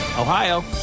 Ohio